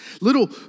little